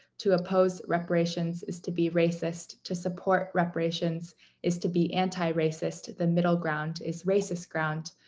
to oppose reparations is to be racist. to support reparations is to be anti-racist. the middle ground is racist ground.